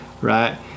right